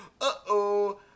uh-oh